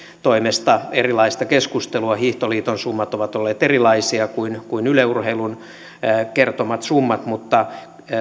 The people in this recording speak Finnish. toimesta erilaista keskustelua hiihtoliiton summat ovat olleet erilaisia kuin yle urheilun kertomat summat mutta